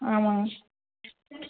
ஆமாங்க